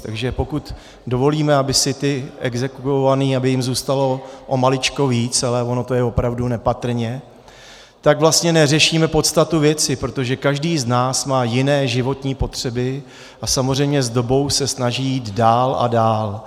Takže pokud dovolíme, aby těm exekvovaným zůstalo o maličko víc, ale ono to je opravdu nepatrně, tak vlastně neřešíme podstatu věci, protože každý z nás má jiné životní potřeby a samozřejmě s dobou se snaží jít dál a dál.